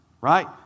right